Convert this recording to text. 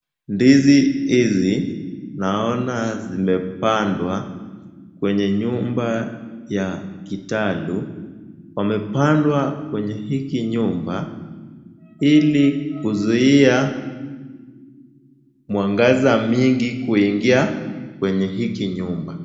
Ndizi hizi naona zimepandwa kwenye nyumba ya kitalu. Wamepandwa kwenye hiki nyumba ili kuzuia mwangaza mingi kuingia kwenye hiki nyumba.